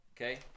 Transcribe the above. Okay